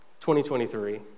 2023